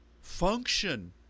function